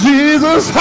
Jesus